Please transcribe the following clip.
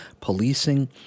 policing